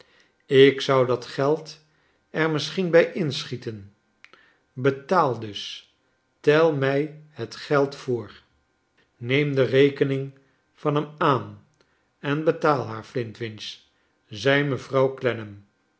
ik zou dat geld er misschien bij inschieten betaal dus tel mij het geld voor jneem de rekening van hem aan en betaal haar flintwincb zei mevrouw